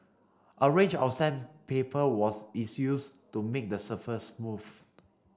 a range of sandpaper was is used to make the surface smooth